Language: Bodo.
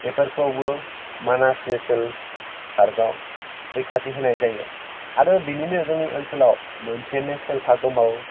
बेफोरखौबो मानास नेसनेल पार्काव रैखाथि होनाय जायो आरो बिदिनो जोंनि ओनसोलाव मोनसे नेसनेल पार्क दंबावो